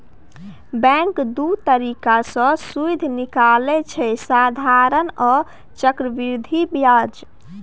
bank दु तरीका सँ सुदि निकालय छै साधारण आ चक्रबृद्धि ब्याज